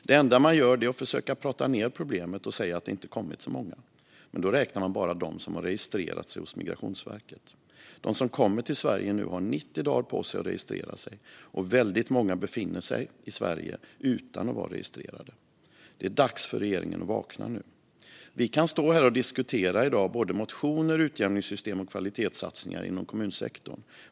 Det enda man gör är att försöka prata ned problemet och säga att det inte har kommit så många. Men då räknar man bara dem som har registrerat sig hos Migrationsverket. De som kommer till Sverige nu har 90 dagar på sig att registrera sig, och väldigt många befinner sig i Sverige utan att vara registrerade. Det är dags för regeringen att vakna nu. Vi kan stå här i dag och diskutera motioner, utjämningssystem och kvalitetssatsningar inom kommunsektorn.